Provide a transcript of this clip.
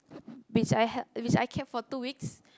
which I had which I kept for two weeks